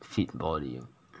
fit body